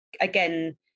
again